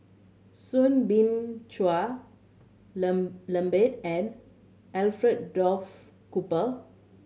Soo Bin Chua Lambert and Alfred Duff Cooper